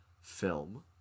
film